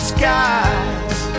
skies